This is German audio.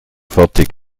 fertig